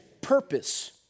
Purpose